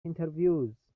interviews